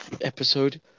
Episode